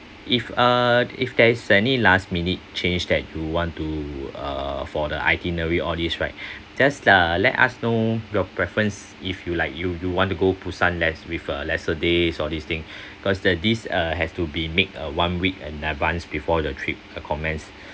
if uh if there is any last minute change that you want to uh for the itinerary all these right just uh let us know your preference if you like you you want to go busan less with a lesser days all this thing cause the this uh has to be made uh one week and advanced before the trip uh commence